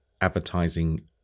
advertising